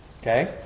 Okay